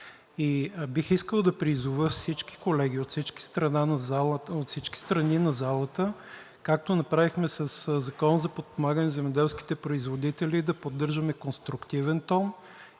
Бих искал да призова всички колеги от всички страни на залата, както направихме със Закона за подпомагане на земеделските производители, да поддържаме конструктивен тон.